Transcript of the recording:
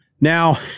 Now